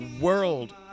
world